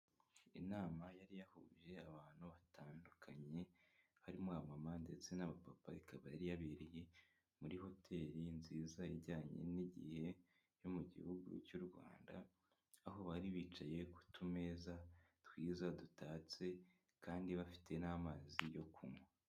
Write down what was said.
Inama yari yahuje abantu batandukanye harimo abamama ndetse n'abapapa, ikaba yari yabereye muri hoteri nziza ijyanye n'igihe yo mu gihugu cy'u Rwanda, aho bari bicaye ku tumeza twiza dutatse, kandi bafite n'amazi yo kunywa.